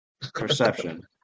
Perception